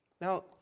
Now